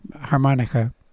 harmonica